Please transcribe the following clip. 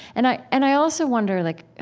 and i and i also wonder like